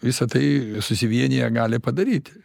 visa tai susivieniję gali padaryti